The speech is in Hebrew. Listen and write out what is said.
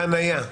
חניה.